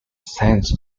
sense